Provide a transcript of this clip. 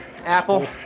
Apple